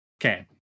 Okay